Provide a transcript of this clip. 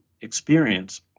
experience